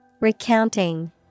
Recounting